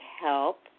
help